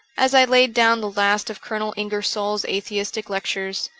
as i laid down the last of colonel ingersoll's atheistic lectures,